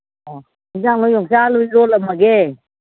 ꯑꯣ ꯑꯦꯟꯁꯥꯡꯗꯣ ꯌꯣꯡꯆꯥꯛ ꯑꯥꯜꯂꯨ ꯏꯔꯣꯜꯂꯝꯃꯒꯦ